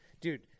dude